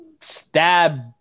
stab